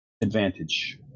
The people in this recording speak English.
advantage